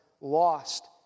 lost